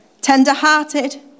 tender-hearted